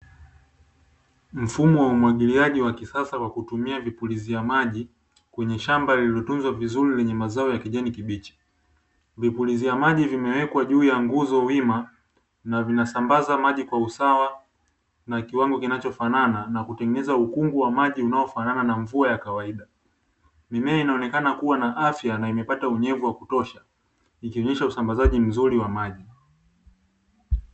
Mfumo wa umwagiliaji wa kisasa kwa kutumia vipulizia maji kwenye shamba lililotunzwa vizuri lenye mazao ya kijani kibichi. Vipulizia maji vimewekwa juu ya nguzo wima na vinasambaza maji kwa usawa na kiwango kinachofanana, na kutengeneza ukungu wa maji unaofanana na mvua ya kawaida. Mimea inaonekana kuwa na afya na imepata unyevu wa kutosha ikionyesha usambazaji mzuri wa maji.